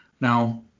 Now